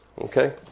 Okay